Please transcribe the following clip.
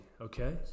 okay